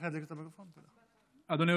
אדוני.